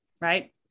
right